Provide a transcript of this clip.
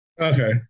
Okay